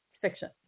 Fiction